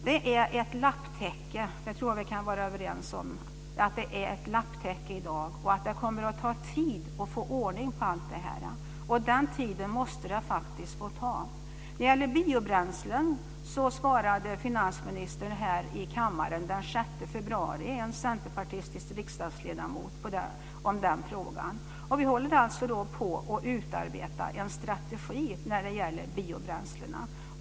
Det är ett lapptäcke i dag - jag tror att vi kan vara överens om det - och det kommer att ta tid att få ordning på allt detta. Den tiden måste det få ta. När det gäller biobränslen svarade finansministern en centerpartistisk riksdagsledamot i den frågan här i kammaren den 6 februari. Vi håller alltså på att utarbeta en strategi när det gäller biobränslena.